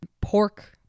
pork